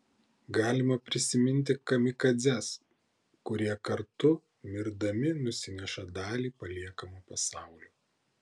galima prisiminti kamikadzes kurie kartu mirdami nusineša dalį paliekamo pasaulio